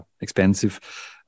expensive